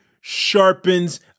sharpens